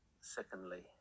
Secondly